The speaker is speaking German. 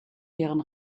deren